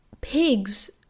pigs